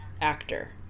actor